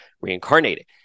reincarnated